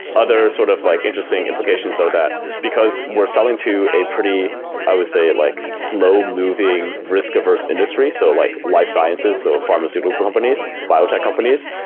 other sort of like interesting implications are that, because we're selling to a pretty i would say like slow-moving risk-averse industry, so like life sciences, so pharmaceutical companies, biotech companies,